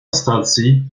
stacji